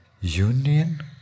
union